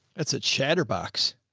that's a chatterbox.